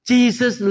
Jesus